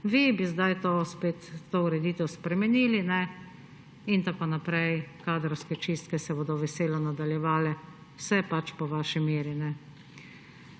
vi bi zdaj to ureditev spet spremenili in tako naprej. Kadrovske čistke se bodo veselo nadaljevale, vse pač po vaši meri.